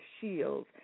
shield